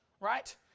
right